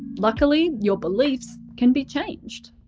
luckily your beliefs can be changed.